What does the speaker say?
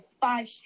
five